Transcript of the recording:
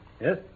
Yes